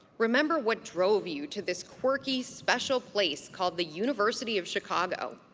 remember what drove you to this quirky, special place called the university of chicago,